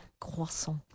croissant